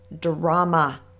drama